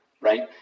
right